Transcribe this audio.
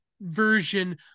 version